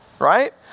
Right